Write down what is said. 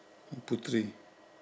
putri